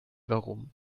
warum